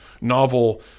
novel